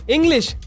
English